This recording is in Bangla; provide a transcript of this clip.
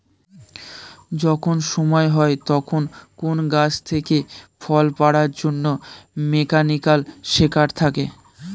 যখন সময় হয় তখন কোন গাছ থেকে ফল পাড়ার জন্যে মেকানিক্যাল সেকার থাকে